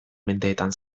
mendeetan